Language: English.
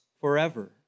forever